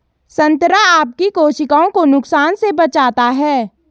संतरा आपकी कोशिकाओं को नुकसान से बचाता है